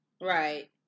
Right